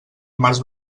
març